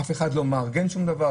אף אחד לא מארגן שום דבר.